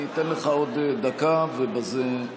אני אתן לך עוד דקה, ובזה אנא לסיים.